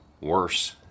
Worse